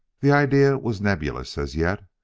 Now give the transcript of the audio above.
the idea was nebulous as yet.